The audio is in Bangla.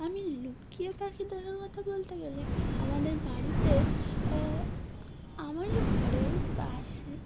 আমি লুকিয়ে পাখি দেখার কথা বলতে গেলে আমাদের বাড়িতে আমারই ঘরের পাশে